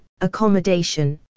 accommodation